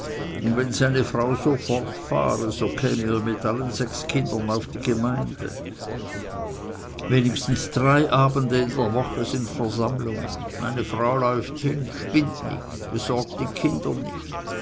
und wenn seine frau so fortfahre so käme er mit allen sechs kindern auf die gemeinde wenigstens drei abende in der woche sind versammlungen meine frau läuft hin spinnt nicht besorgt die kinder nicht